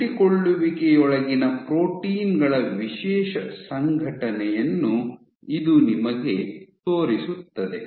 ಅಂಟಿಕೊಳ್ಳುವಿಕೆಯೊಳಗಿನ protein ಗಳ ವಿಶೇಷ ಸಂಘಟನೆಯನ್ನು ಇದು ನಿಮಗೆ ತೋರಿಸುತ್ತದೆ